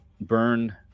burn